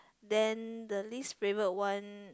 then the least favourite one